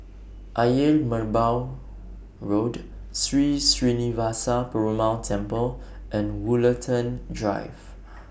Ayer Merbau Road Sri Srinivasa Perumal Temple and Woollerton Drive